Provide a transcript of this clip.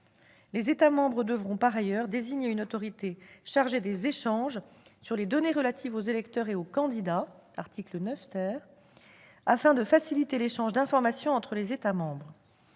aux termes de l'article 9 , désigner une autorité chargée des échanges sur les données relatives aux électeurs et aux candidats, afin de faciliter l'échange d'informations entre les États membres.